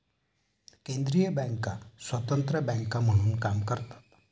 केंद्रीय बँका स्वतंत्र बँका म्हणून काम करतात